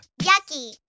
Yucky